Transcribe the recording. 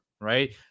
right